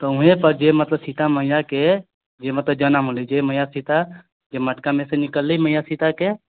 त ओहेँ पर जे मतलब सीता मैया के जे मतलब जनम होलै जे मैया सीता मटका मे सँ निकललै मैया सीता के